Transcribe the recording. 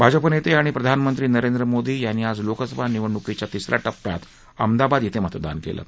भाजपा नक्तिक्राणि प्रधानमंत्री नरेंद्र मोदी यांनी आज लोकसभा निवडणुकीच्या तिस या टप्प्यात अहमदाबाद श्वें मतदान कलि